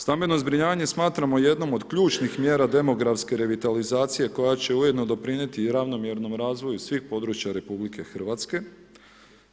Stambeno zbrinjavanje smatramo jednom od ključnih mjera demografske revitalizacije koja će ujedno doprinijeti ravnomjernom razvoju svih područja Republike Hrvatske.